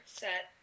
set